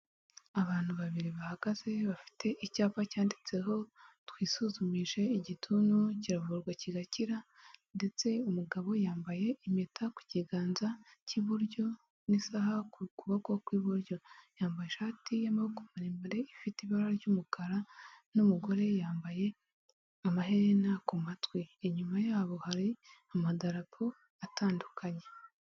Abantu babiri bahagaze bafite icyapa cyanditseho twisuzumije igituntu kiravurwa kirakira, ndetse umugabo yambaye impeta ku kiganza cy'iburyo n'isaha ku kuboko kw'iburyo, yambaye ishati y'amaguru maremare ifite ibara ry'umukara n'umugore yambaye amaherena ku matwi, inyuma yabo hari amadarapo atandukanye.